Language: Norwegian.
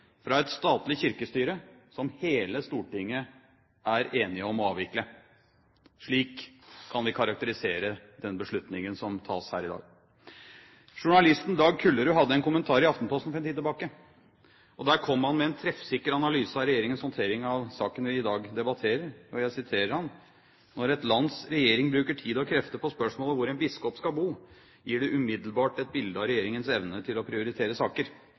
fra et statlig kirkestyre som hele Stortinget er enig om å avvikle. Slik kan vi karakterisere den beslutningen som tas her i dag. Journalisten Dag Kullerud hadde en kommentar i Aftenposten for en tid tilbake. Der kom han med en treffsikker analyse av regjeringens håndtering av saken vi i dag debatterer. Jeg siterer ham: «Når et lands regjering bruker tid og krefter på spørsmålet om hvor en biskop skal bo, gir det umiddelbart et bilde av regjeringens evne til å prioritere saker.